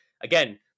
again